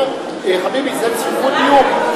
הוא אומר: חביבי, זה צפיפות דיור.